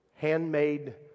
handmade